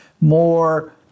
more